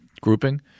grouping